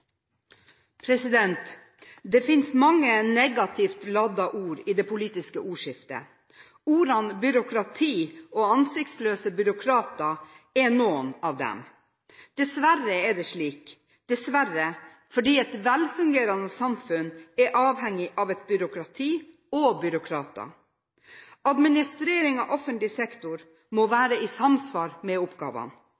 noen av dem. Dessverre er det slik – dessverre fordi et velfungerende samfunn er avhengig av et byråkrati og av byråkrater. Administreringen av offentlig sektor må